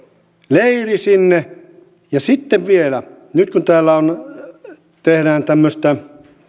leiri sinne ja sitten vielä nyt kun täällä tehdään tämmöistä